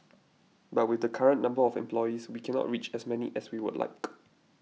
but with the current number of employees we cannot reach as many as we would like